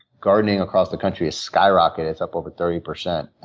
gardening across the country has skyrocketed. it's up over thirty percent.